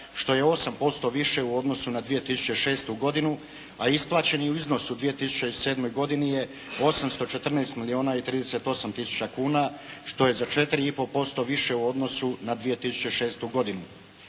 što je 8% više u odnosu na 2006. godinu, a isplaćeni u iznosu u 2007. godini je 814 milijuna i 38 tisuća kuna što je za 4 i pol posto više u odnosu na 2006. godinu.